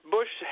Bush